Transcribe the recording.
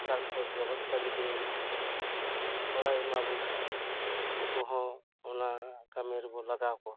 ᱥᱚᱨᱠᱟᱨ ᱠᱷᱚᱱ ᱵᱮᱵᱚᱥᱛᱷᱟ ᱡᱩᱫᱤ ᱜᱚᱲᱚᱭ ᱮᱢᱟ ᱵᱚᱱ ᱠᱷᱟᱱ ᱩᱱᱠᱩᱦᱚᱸ ᱚᱱᱟ ᱠᱟᱹᱢᱤ ᱨᱮᱵᱚ ᱞᱟᱜᱟᱣ ᱠᱚᱣᱟ